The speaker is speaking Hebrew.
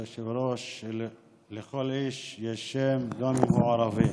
כבוד היושב-ראש, לכל איש יש שם, גם אם הוא ערבי.